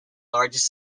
largest